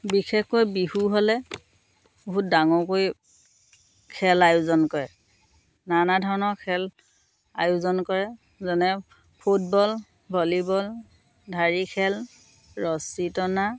বিশেষকৈ বিহু হ'লে বহুত ডাঙৰকৈ খেল আয়োজন কৰে নানা ধৰণৰ খেল আয়োজন কৰে যেনে ফুটবল ভলীবল ঢাৰি খেল ৰছী টনা